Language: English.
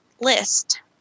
list